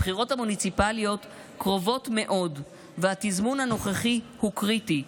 הבחירות המוניציפליות קרובות מאוד והתזמון הנוכחי הוא קריטי.